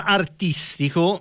artistico